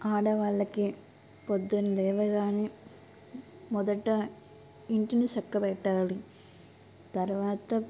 ఆడవాళ్ళకి ప్రొద్దున లేవగానే మొదట ఇంటిని చక్కబెట్టాలి తరువాత